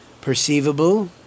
perceivable